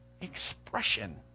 expression